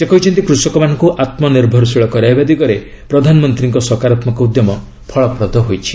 ସେ କହିଛନ୍ତି କୃଷକମାନଙ୍କୁ ଆତ୍ମନିର୍ଭରଶୀଳ କରାଇବା ଦିଗରେ ପ୍ରଧାନମନ୍ତ୍ରୀଙ୍କ ସକାରାତ୍ମକ ଉଦ୍ୟମ ଫଳପ୍ରଦ ହୋଇଛି